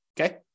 okay